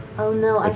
oh no,